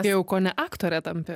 jau kone aktore tampi